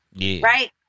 Right